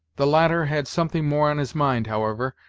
the latter had something more on his mind, however,